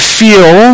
feel